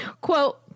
Quote